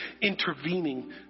intervening